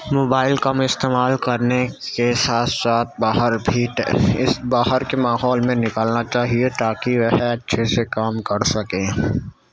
mobile کم استعمال کرنے کے ساتھ ساتھ باہر بھی اس باہر کے ماحول میں نکالنا چاہیے تاکہ وہ اچھے سے کام کر سکیں